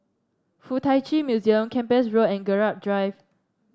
FuK Tak Chi Museum Kempas Road and Gerald Drive